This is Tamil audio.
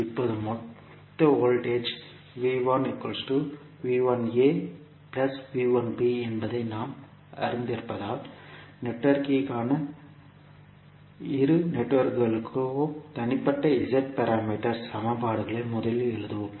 இப்போது மொத்த வோல்டேஜ் என்பதை நாம் அறிந்திருப்பதால் நெட்வொர்க்கிற்கான இரு நெட்வொர்க்குகளுக்கும் தனிப்பட்ட z பாராமீட்டர் சமன்பாடுகளை முதலில் எழுதுவோம்